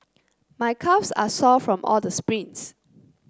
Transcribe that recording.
my calves are sore from all the sprints